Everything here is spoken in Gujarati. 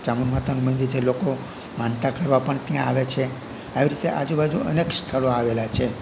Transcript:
ચામુંડ માતાનું મંદિર છે લોકો માનતા કરવા પણ ત્યાં આવે છે આવી રીતે આજુબાજુ અનેક સ્થળો આવેલાં છે